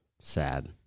Sad